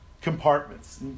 compartments